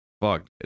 fuck